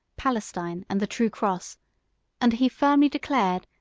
palestine, and the true cross and he firmly declared,